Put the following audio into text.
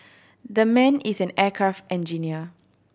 that man is an aircraft engineer